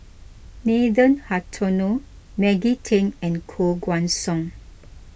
Nathan Hartono Maggie Teng and Koh Guan Song